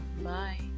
bye